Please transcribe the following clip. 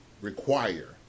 require